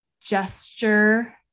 gesture